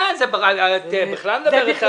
כן, את בכלל מדברת על הקצפת.